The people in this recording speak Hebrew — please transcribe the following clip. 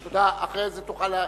תודה, אחרי זה תוכל להרחיב,